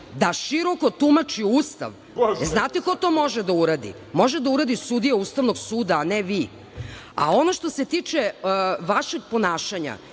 da široko tumači Ustav. Jel znate ko to može da uradi? Može da uradi sudija Ustavnog suda, a ne vi. Ono što se tiče vašeg ponašanja